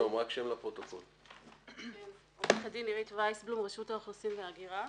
אני עורכת דין עירית ויסבלום מרשות האוכלוסין וההגירה.